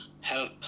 help